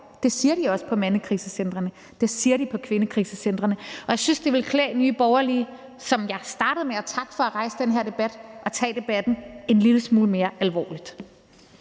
Det siger de også på mandekrisecentrene. Det siger de på kvindekrisecentrene. Og jeg synes, det ville klæde Nye Borgerlige, som jeg startede med at takke for at rejse denne debat, at tage debatten en lille smule mere alvorligt.